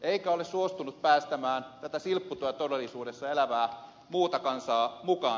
eikä ole suostunut päästämään tätä silpputyötodellisuudessa elävää muuta kansaa mukaan siihen